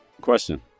Question